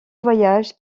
voyage